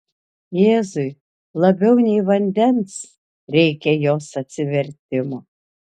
jėzui labiau nei vandens reikia jos atsivertimo